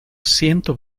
ciento